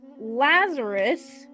lazarus